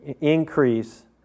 Increase